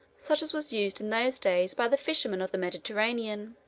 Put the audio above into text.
such as was used in those days by the fishermen of the mediterranean.